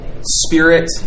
spirit